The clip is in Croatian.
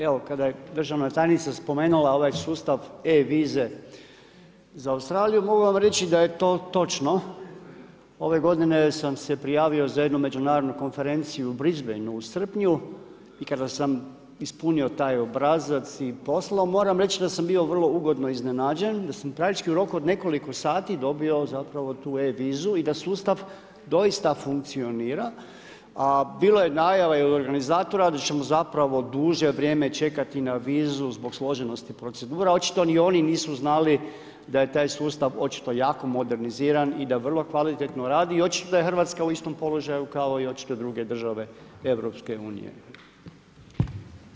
Evo kada je državna tajnica spomenula ovaj sustav e-vize za Australiju, mogu vam reći da je to točno, ove godine sam se prijavio za jednu međunarodnu konferenciju u Brisbanu u srpnju i kada sam ispunio taj obrazac i poslao, moram reći da sam bio vrlo ugodno iznenađen, da sam praktički u roku od nekoliko sati dobio zapravo tu e-vizu i da sustav doista funkcionira a bilo je najava i organizatora da ćemo zapravo duže vrijeme čekati na vizu zbog složenosti procedura, očito ni oni nisu znali da je taj sustav očito jako moderniziran i da vrlo kvalitetno radi i očito da je Hrvatska u istom položaju kao i očito države EU-a.